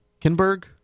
Kinberg